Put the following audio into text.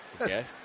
Okay